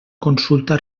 consulta